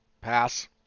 pass